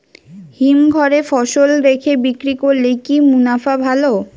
হিমঘরে ফসল রেখে বিক্রি করলে কি মুনাফা ভালো?